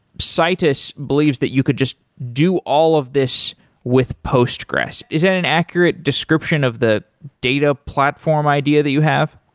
citus believes that you could just do all of this with postgres. is that an accurate description of the data platform idea that you have?